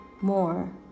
more